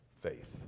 faith